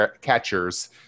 catchers